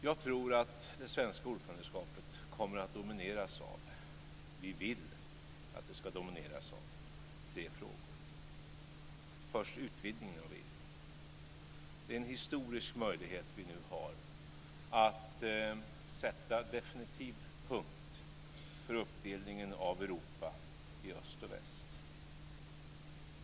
Jag tror att det svenska ordförandeskapet kommer att domineras av - och vi vill att det ska domineras av När det gäller utvidgningen av EU är det en historisk möjlighet som vi nu har att sätta definitiv punkt för uppdelningen av Europa i öst och väst.